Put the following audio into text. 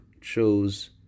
chose